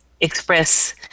express